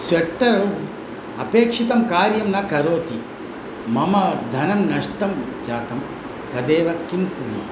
sweater अपेक्षितं कार्यं न करोति मम धनं नष्टं जातं तदेव किं कुर्मः